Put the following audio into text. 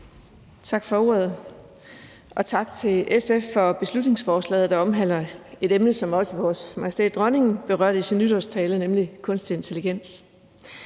Tak for ordet. Og tak til SF for beslutningsforslaget, der omhandler et emne, som også vores majestæt dronningen berørte i sin nytårstale, nemlig kunstig intelligens